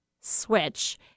Switch